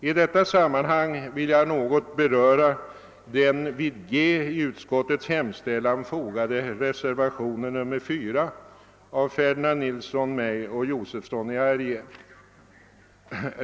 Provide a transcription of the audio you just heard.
I detta sammanhang vill jag något beröra den vid G i utskottets hemställan i utlåtande nr 80 fogade reservationen IV av herr Ferdinand Nilsson, herr Josefson i Arrie och mig.